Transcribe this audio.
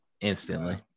Instantly